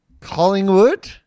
Collingwood